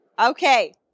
Okay